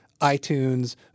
iTunes